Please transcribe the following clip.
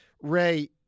Ray